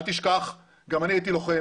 אל תשכח שגם אני הייתי לוחם.